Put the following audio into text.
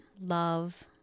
love